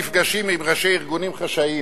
מה זה חשוב, אז פה נפגשים עם ראשי ארגונים חשאיים